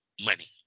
money